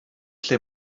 lle